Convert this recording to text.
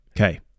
Okay